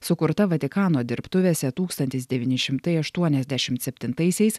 sukurta vatikano dirbtuvėse tūkstantis devyni šimtai aštuoniasdešimt septintaisiais